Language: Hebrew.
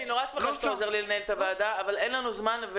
אני נורא שמחה שאתה עוזר לי לנהל את הוועדה אבל אין לנו זמן.